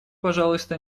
пожалуйста